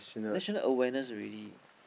national awareness already